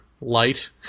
light